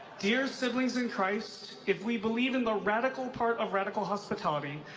dear siblings in christ, if we believe in the radical part of radical hospitality,